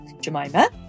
Jemima